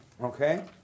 Okay